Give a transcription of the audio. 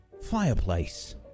Fireplace